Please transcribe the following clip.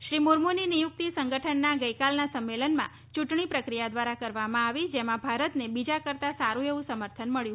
શ્રી મુર્મુની નિયુક્તિ સંગઠનના ગઈકાલના સંમેલનમાં ચૂંટણી પ્રક્રિયા દ્વારા કરવામાં આવી જેમાં ભારતને બીજા કરતાં સારુ એવું સમર્થન મબ્યું